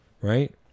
right